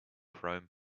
chrome